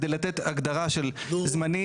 כדי לתת הגדרה של זמנים,